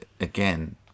again